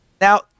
Now